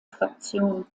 fraktion